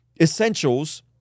essentials